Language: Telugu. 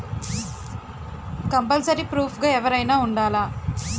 కంపల్సరీ ప్రూఫ్ గా ఎవరైనా ఉండాలా?